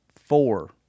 four